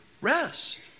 rest